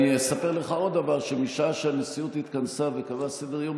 אני אספר לך עוד דבר: משעה שהנשיאות התכנסה וקבעה סדר-יום,